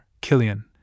Killian